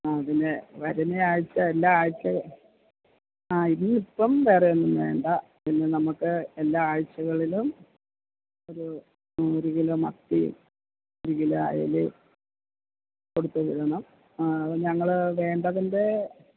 ആ പിന്നേ വരുന്ന ആഴ്ച്ച എല്ലാ ആഴ്ച്ചയും ആ ഇനി ഇപ്പം വേറെയൊന്നും വേണ്ട ഇനി നമുക്ക് എല്ലാ ആഴ്ച്ചകളിലും ഒരൂ ഒര് കിലോ മത്തിയും ഒര് കിലോ അയലയും കൊടുത്ത് വിടണം അത് ഞങ്ങള് വേണ്ടതിൻറ്റേ